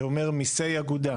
זה אומר מיסי אגודה,